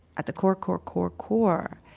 at the core, core, core, core,